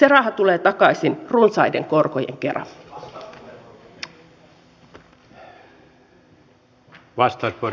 se raha tulee takaisin runsaiden korkojen kera